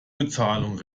bezahlung